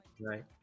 Right